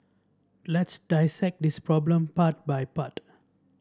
let's dissect this problem part by part